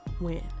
win